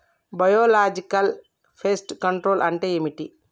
Biological pest control అంటే ఏమిటి?